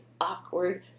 awkward